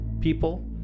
people